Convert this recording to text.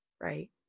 right